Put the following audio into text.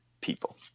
people